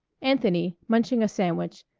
anthony, munching a sandwich,